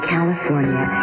California